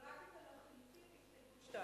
ורק את זאת היא משאירה.